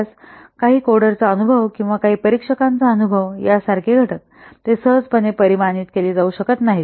तर काही कोडरचा अनुभव किंवा काही परीक्षकांचा अनुभव यासारखे घटक ते सहजपणे परिमाणित केले जाऊ शकत नाहीत